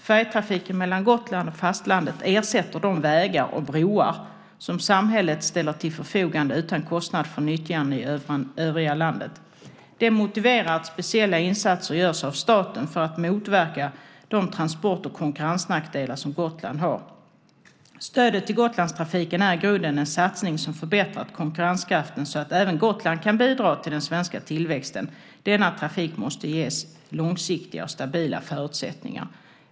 Färjetrafiken mellan Gotland och fastlandet ersätter de vägar och broar som samhället ställer till förfogande utan kostnad för nyttjarna i övriga landet. Det motiverar att speciella insatser görs av staten för att motverka de transport och konkurrensnackdelar som Gotland har. Stödet till Gotlandstrafiken är i grunden en satsning som förbättrar konkurrenskraften så att även Gotland kan bidra till den svenska tillväxten. Denna trafik måste ges långsiktiga och stabila förutsättningar."